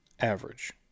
average